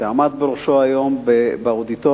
שעמדת בראשו היום באודיטוריום.